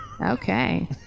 okay